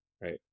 right